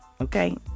okay